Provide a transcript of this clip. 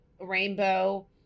Rainbow